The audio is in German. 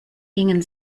gingen